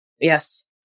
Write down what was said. yes